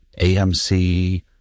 AMC